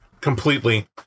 completely